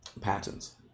patterns